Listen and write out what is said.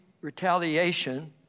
retaliation